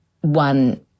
one